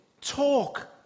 Talk